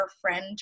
friend